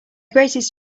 greatest